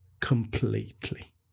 completely